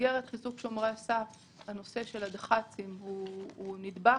במסגרת חיזוק שומרי הסף הנושא של הדח"צים הוא נדבך.